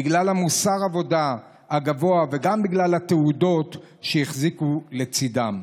בגלל מוסר העבודה הגבוה וגם בגלל התעודות שהחזיקו לצידם.